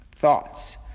Thoughts